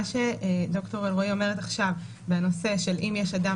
מה שד"ר אלרעי אומרת עכשיו זה הנושא שאם יש אדם